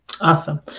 Awesome